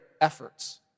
efforts